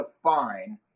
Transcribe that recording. define